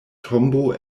tombo